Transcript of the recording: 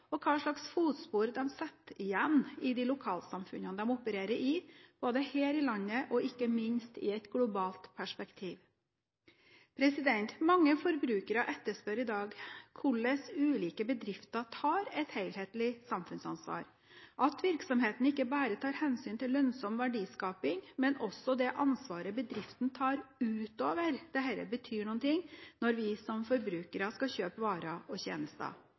og hvilke fotspor de setter igjen i de lokalsamfunnene de opererer i, både her i landet og ikke minst i et globalt perspektiv. Mange forbrukere etterspør i dag hvordan ulike bedrifter tar et helhetlig samfunnsansvar. At virksomheten ikke bare tar hensyn til lønnsom verdiskaping, men også det ansvaret bedriften tar utover dette, betyr noe når vi som forbrukere skal kjøpe varer og tjenester.